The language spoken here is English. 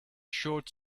short